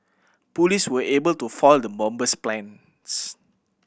police were able to foil the bomber's plans